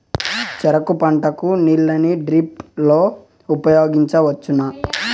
చెరుకు పంట కు నీళ్ళని డ్రిప్ లో ఉపయోగించువచ్చునా?